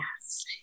Yes